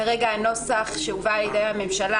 כרגע הנוסח שהובא על ידי הממשלה,